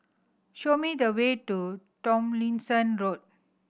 show me the way to Tomlinson Road